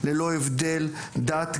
ללא הבדל דת,